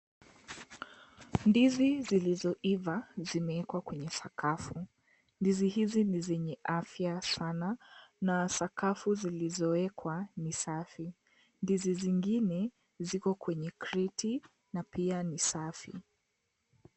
Ndizi, zilizoiva, zimeekwa kwenye sakafu. Ndizi hizi ni zenye afya sana na sakafu zilizowekwa ni safi. Ndizi zingine ziko kwenye kreti na pia ni safi.